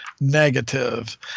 negative